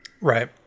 right